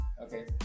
okay